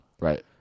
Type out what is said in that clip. Right